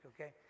okay